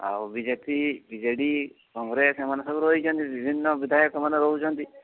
ଆଉ B J P B J D Congress ଏମାନେ ସବୁ ରହିଛନ୍ତି ବିଭିନ୍ନ ବିଧାୟକମାନେ ରହୁଛନ୍ତି